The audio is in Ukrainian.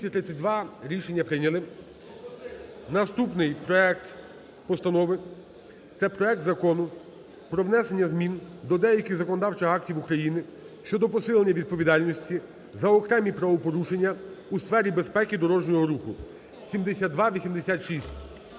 За-232 Рішення прийняли. Наступний проект Закону про внесення змін до деяких законодавчих актів України щодо посилення відповідальності за окремі правопорушення у сфері безпеки дорожнього руху (7286).